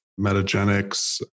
Metagenics